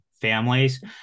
families